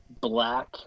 black